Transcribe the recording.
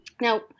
Now